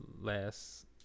Last